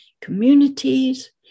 communities